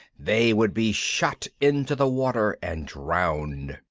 they would be shot into the water and drowned.